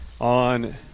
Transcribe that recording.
on